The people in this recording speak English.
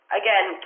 again